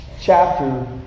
chapter